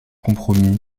compromis